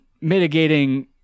mitigating